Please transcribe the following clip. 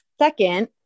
Second